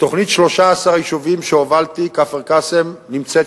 כפר-קאסם נמצאת